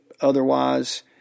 otherwise